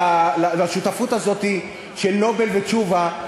לשותפות הזאת של "נובל" ותשובה,